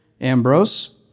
Ambrose